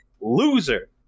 Loser